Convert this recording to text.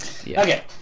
Okay